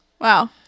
Wow